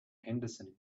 henderson